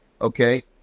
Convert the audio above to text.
okay